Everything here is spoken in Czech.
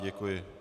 Děkuji.